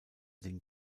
den